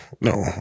No